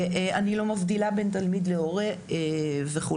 אני לא מבדילה בין תלמיד להורה וכו'.